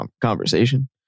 Conversation